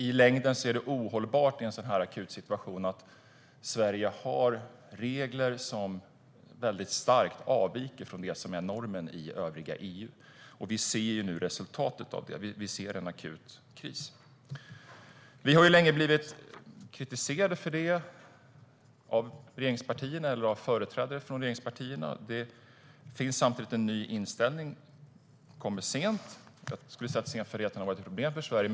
I en akut situation är det ohållbart i längden att Sverige har regler som starkt avviker från normen i övriga EU. Vi ser resultatet av det nu, en akut kris. Vi har blivit kritiserade av företrädare från regeringspartierna under en längre tid. Nu finns det en ny inställning. Den kom sent. Senfärdigheten har varit ett problem för Sverige.